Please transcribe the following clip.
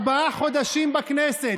ארבעה חודשים בכנסת?